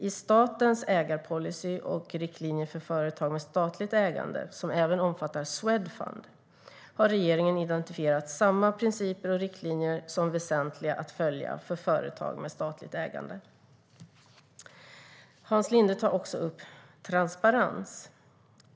I statens ägarpolicy och riktlinjer för företag med statligt ägande, som även omfattar Swedfund, har regeringen identifierat samma principer och riktlinjer som väsentliga att följa för företag med statligt ägande. Hans Linde tar också upp transparens.